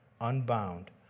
unbound